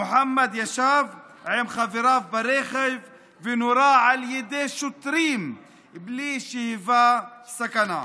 מוחמד ישב עם חבריו ברכב ונורה על ידי שוטרים בלי שהיווה סכנה.